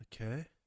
okay